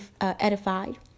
edified